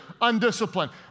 undisciplined